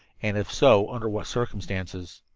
and, if so, under what circumstances.